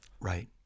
Right